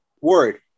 word